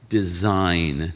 design